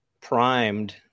primed